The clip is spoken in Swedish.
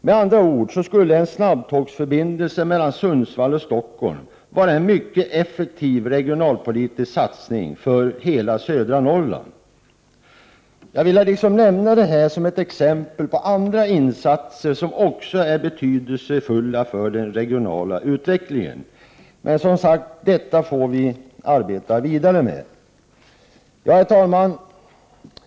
Med andra ord skulle en snabbtågsförbindelse mellan Sundsvall och Stockholm vara en mycket effektiv regionalpolitisk satsning för hela södra Norrland. Jag ville nämna detta som ett exempel på andra insatser, som också är betydelsefulla för den regionala utvecklingen. Men vi får som sagt arbeta vidare med detta. Herr talman!